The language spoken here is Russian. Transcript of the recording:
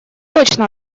точно